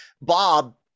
Bob